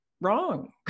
Wrong